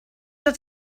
doch